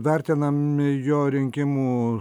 vertinami jo rinkimų